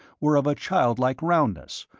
were of a child-like roundness,